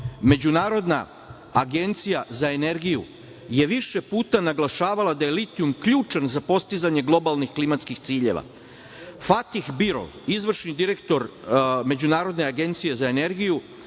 Međunarodna agencija za energiju je više puta naglašavala da je litijum ključan za postizanje globalnih ciljeva. Fatih Birol, izvršni direktor Međunarodne agencije za energiju,